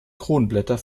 kronblätter